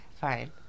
fine